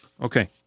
Okay